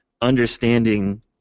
understanding